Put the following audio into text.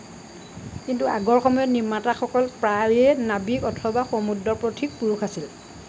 কিন্তু আগৰ সময়ত নিৰ্মাতাসকল প্ৰায়ে নাৱিক অথবা সমুদ্ৰপথিক পুৰুষ আছিল